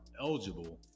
eligible